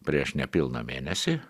prieš nepilną mėnesį